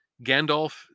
gandalf